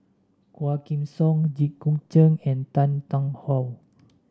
Quah Kim Song Jit Koon Ch'ng and Tan Tarn How